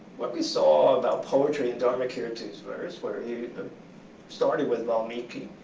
what we saw about poetry in dharmakirti's verse where he started with valmiki